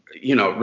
you know,